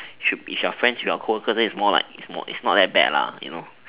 should be if you're friends with your coworker then it's more like it's more it's not that bad you know